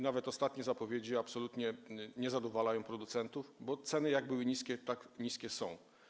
Nawet ostatnie zapowiedzi absolutnie nie zadowalają producentów, bo ceny, jak niskie były, tak niskie są.